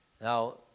Now